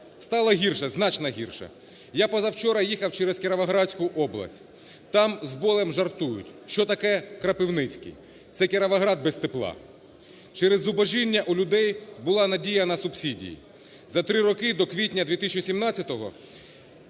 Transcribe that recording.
Стало гірше, значно гірше. Я позавчора їхав через Кіровоградську область. Там з болем жартують, що таке Кропивницький? Це Кіровоград без тепла. Через зубожіння у людей була надія на субсидії. За три роки до квітня 2017-го